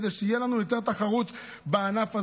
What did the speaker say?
כדי שתהיה לנו יותר תחרות בענף הזה,